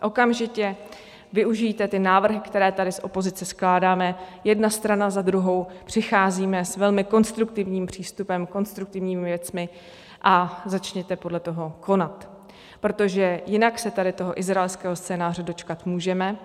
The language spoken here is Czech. Okamžitě využijte ty návrhy, které tady z opozice skládáme, jedna strana za druhou přicházíme s velmi konstruktivním přístupem, konstruktivním věcmi, a začněte podle toho konat, protože jinak se tady toho izraelského scénáře dočkat můžeme.